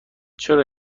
چرا